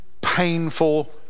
painful